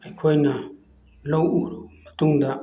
ꯑꯩꯈꯣꯏꯅ ꯂꯧ ꯎꯔꯕ ꯃꯇꯨꯡꯗ